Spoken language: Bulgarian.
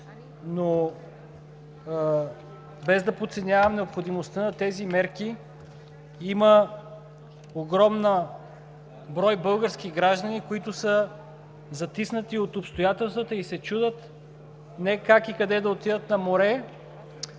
но без да подценявам необходимостта на тези мерки, има огромен брой български граждани, които са затиснати от обстоятелствата и се чудят не как и къде да отидат на море,